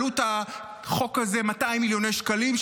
עלות החוק הזה 200 מיליוני שקלים,